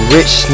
Rich